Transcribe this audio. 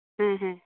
ᱦᱮᱸ ᱦᱮᱸ